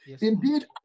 Indeed